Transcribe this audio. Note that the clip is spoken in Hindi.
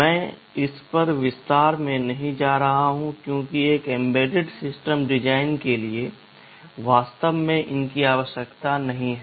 मैं इस पर विस्तार से नहीं जा रहा हूं क्योंकि एक एम्बेडेड सिस्टम डिज़ाइन के लिए वास्तव में इनकी आवश्यकता नहीं है